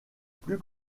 plus